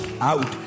out